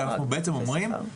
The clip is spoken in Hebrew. אלא אנחנו בעצם אומרים,